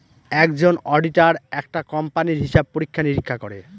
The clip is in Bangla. একজন অডিটার একটা কোম্পানির হিসাব পরীক্ষা নিরীক্ষা করে